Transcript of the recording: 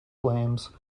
flames